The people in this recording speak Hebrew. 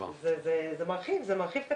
זה מרחיב, זה